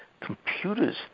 computers